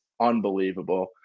unbelievable